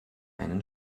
einen